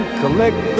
collect